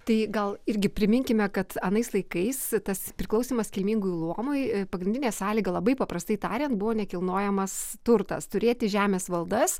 tai gal irgi priminkime kad anais laikais tas priklausymas kilmingųjų luomui pagrindinė sąlyga labai paprastai tariant buvo nekilnojamas turtas turėti žemės valdas